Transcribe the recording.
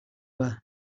were